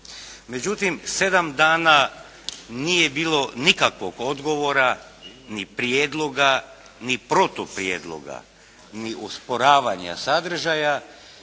Međutim, sedam dana nije bilo nikakvog odgovora ni prijedloga, ni protuprijedloga, ni usporavanja sadržaja